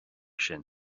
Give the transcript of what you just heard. sin